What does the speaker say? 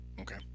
Okay